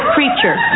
Creature